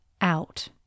out